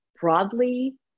broadly